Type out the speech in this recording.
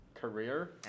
career